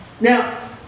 Now